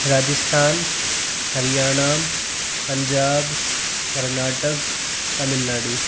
Rajasthan Haryana Punjab Karnataka Tamil Nadu